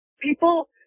People